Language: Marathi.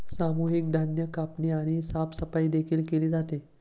सामूहिक धान्य कापणी आणि साफसफाई देखील केली जाते